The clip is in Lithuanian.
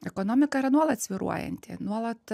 ekonomika yra nuolat svyruojanti nuolat